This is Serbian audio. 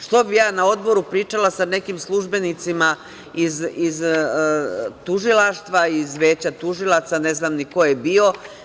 Što bi ja Odboru pričala sa nekim službenicima iz tužilaštva, iz Veća tužilaca, ne znam ni ko je bio.